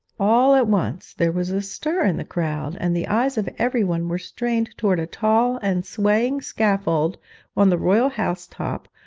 all at once there was a stir in the crowd, and the eyes of everyone were strained towards a tall and swaying scaffold on the royal house-top,